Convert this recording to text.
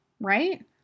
right